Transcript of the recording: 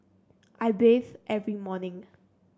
I bathe every morning